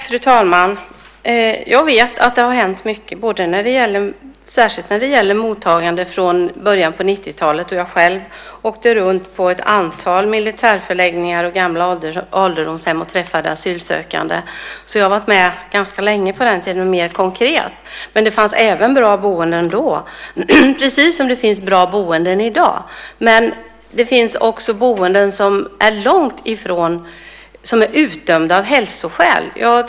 Fru talman! Jag vet att det har hänt mycket, särskilt när det gäller mottagande, sedan början av 90-talet då jag själv åkte runt på ett antal militärförläggningar och gamla ålderdomshem och träffade asylsökande. Jag har varit med ganska länge, och på den tiden mer konkret. Det fanns bra boenden även då. Precis som det finns bra boenden i dag. Men det finns också boenden som är utdömda av hälsoskäl.